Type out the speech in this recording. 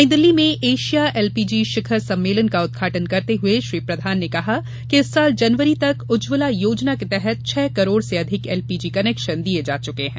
नई दिल्ली में Asia LPG शिखर सम्मेलन का उदघाटन करते हुए श्री प्रधान ने कहा कि इस साल जनवरी तक उज्जवला योजना के तहत छह करोड़ से अधिक एलपीजी कनेक्शन दिये जा चुके हैं